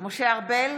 משה ארבל,